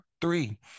three